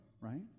right